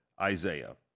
Isaiah